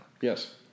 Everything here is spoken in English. Yes